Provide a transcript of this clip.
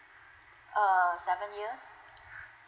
err seven years